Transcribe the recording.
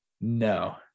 No